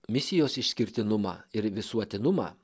misijos išskirtinumą ir visuotinumą